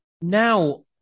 Now